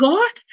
God